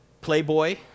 Playboy